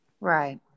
Right